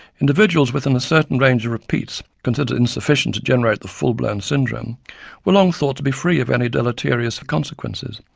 individuals within a certain range of repeats considered insufficient to generate the full blown syndrome were long thought to be free of any deleterious phenotypic consequences,